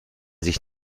sich